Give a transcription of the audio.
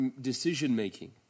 decision-making